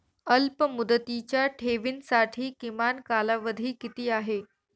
अल्पमुदतीच्या ठेवींसाठी किमान कालावधी किती आहे?